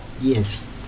Yes